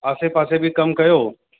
आसे पासे बि कमु कयो